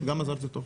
גם מזל זה טוב.